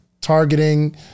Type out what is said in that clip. targeting